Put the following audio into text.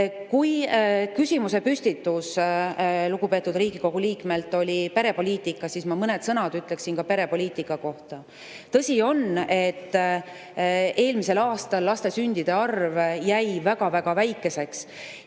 Kui küsimuse püstitus lugupeetud Riigikogu liikmelt oli perepoliitika [kohta], siis ma mõned sõnad ütleksin perepoliitika kohta. Tõsi on, et eelmisel aastal laste sündide arv jäi väga-väga väikeseks.